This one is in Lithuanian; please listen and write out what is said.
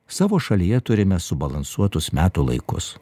savo šalyje turime subalansuotus metų laikus